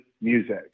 music